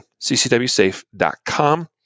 ccwsafe.com